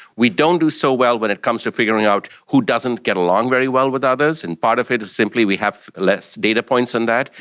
we don't do so well when it comes to figuring out who doesn't get along very well with others, and part of it is simply we have less data points on that.